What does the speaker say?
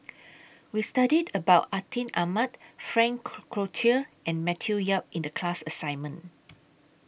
We studied about Atin Amat Frank Cloutier and Matthew Yap in The class assignment